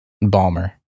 Balmer